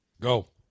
Go